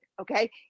okay